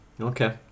Okay